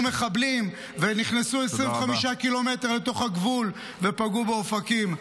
מחבלים ונכנסו 25 ק"מ אל תוך הגבול ופגעו באופקים.